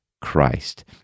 Christ